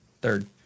third